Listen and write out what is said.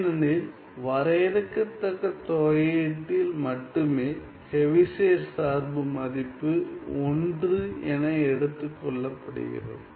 ஏனெனில் வரையறுக்கத்தக்க தொகையீட்டில் மட்டுமே ஹெவிசைட் சார்பு மதிப்பு 1 என எடுத்துக் கொள்ளப்படுகிறது